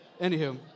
Anywho